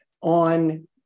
on